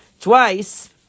twice